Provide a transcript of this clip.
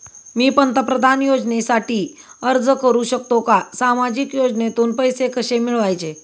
मी पंतप्रधान योजनेसाठी अर्ज करु शकतो का? सामाजिक योजनेतून पैसे कसे मिळवायचे